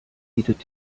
bietet